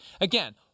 Again